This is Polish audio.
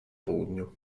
południu